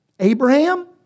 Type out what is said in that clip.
Abraham